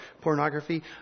pornography